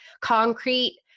concrete